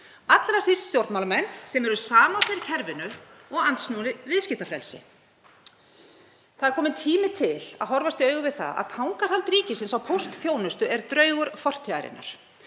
allra síst stjórnmálamenn sem eru samofnir kerfinu og andsnúnir viðskiptafrelsi. Það er kominn tími til að horfast í augu við það að tangarhald ríkisins á póstþjónustu er draugur fortíðarinnar.